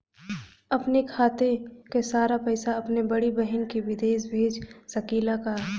अपने खाते क सारा पैसा अपने बड़ी बहिन के विदेश भेज सकीला का?